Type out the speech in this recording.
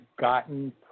gotten